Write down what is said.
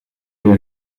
les